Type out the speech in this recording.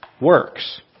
works